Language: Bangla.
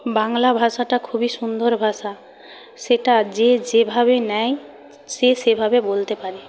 বাংলা ভাষাটা খুবই সুন্দর ভাষা সেটা যে যেভাবে নেয় সে সেভাবে বলতে পারে